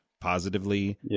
positively